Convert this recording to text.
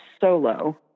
Solo